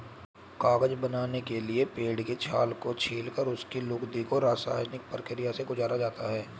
कागज बनाने के लिए पेड़ के छाल को छीलकर उसकी लुगदी को रसायनिक प्रक्रिया से गुजारा जाता है